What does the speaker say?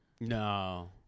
No